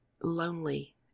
lonely